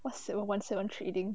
!wahseh! one seven one trading